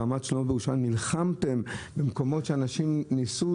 ברמת שלמה בירושלים נלחמתם במקומות שאנשים ניסו